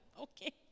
okay